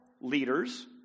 leaders